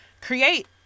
create